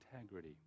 integrity